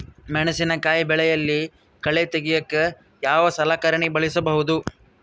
ಮೆಣಸಿನಕಾಯಿ ಬೆಳೆಯಲ್ಲಿ ಕಳೆ ತೆಗಿಯೋಕೆ ಯಾವ ಸಲಕರಣೆ ಬಳಸಬಹುದು?